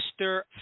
Mr